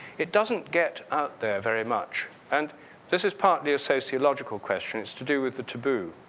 it doesn't get out there very much and this is partly a sociological question, it's to do with the taboo.